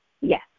Yes